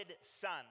son